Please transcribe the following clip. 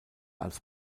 als